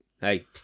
hey